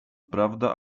prawda